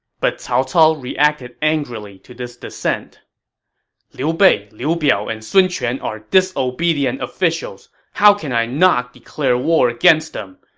but cao cao reacted angrily to this dissent liu bei, liu biao, and sun quan are disobedient officials how can i not declare war on them!